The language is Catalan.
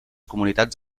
comunitats